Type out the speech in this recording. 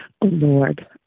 Lord